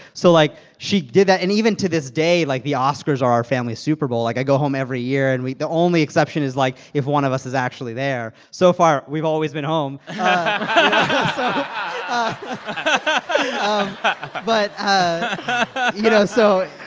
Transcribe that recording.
so like, she did that and even to this day, like, the oscars are our family's super bowl. like, i go home every year. and we the only exception is, like, if one of us is actually there. so far, we've always been home but you know, so